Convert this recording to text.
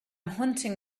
hunting